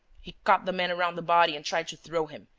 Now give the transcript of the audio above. he caught the man around the body and tried to throw him.